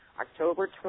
October